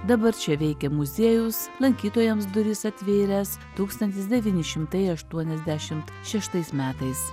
dabar čia veikia muziejus lankytojams duris atvėręs tūkstantis devyni šimtai aštuoniasdešimt šeštais metais